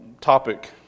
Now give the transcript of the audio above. topic